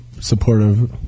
Supportive